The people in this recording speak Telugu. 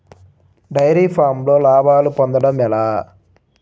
డైరి ఫామ్లో లాభాలు పొందడం ఎలా?